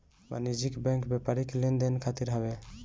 वाणिज्यिक बैंक व्यापारिक लेन देन खातिर हवे